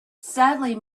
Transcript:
sadly